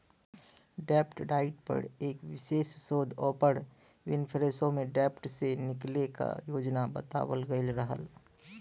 डेब्ट डाइट पर एक विशेष शोध ओपर विनफ्रेशो में डेब्ट से निकले क योजना बतावल गयल रहल